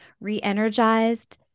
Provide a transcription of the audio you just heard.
re-energized